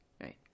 right